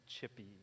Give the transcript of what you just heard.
chippy